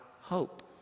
hope